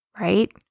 right